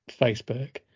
Facebook